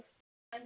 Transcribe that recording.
hello